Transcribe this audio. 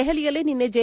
ದೆಹಲಿಯಲ್ಲಿ ನಿನ್ನೆ ಜೆ